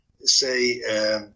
Say